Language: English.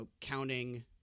counting